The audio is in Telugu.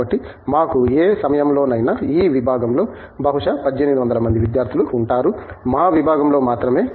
కాబట్టి మాకు ఏ సమయంలోనైనా ఈ విభాగంలో బహుశా 1800 మంది విద్యార్థులు ఉంటారు మా విభాగంలో మాత్రమే